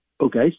okay